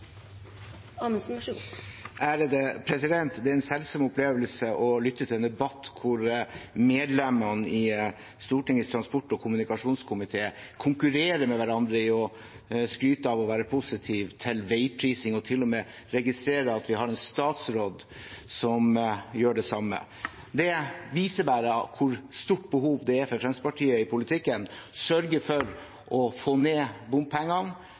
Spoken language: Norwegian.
konkurrerer med hverandre i å skryte av å være positiv til veiprising. Jeg registrerer at vi til og med har en statsråd som gjør det samme. Det viser bare hvor stort behov det er for Fremskrittspartiet i politikken, for å sørge for å få ned bompengeprisene, sørge for å fjerne bompengene.